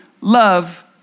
love